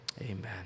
Amen